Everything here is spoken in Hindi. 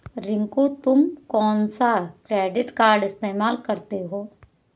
रिंकू तुम कौन सा क्रेडिट कार्ड इस्तमाल करते हो?